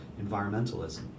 environmentalism